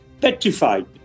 petrified